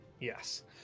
Yes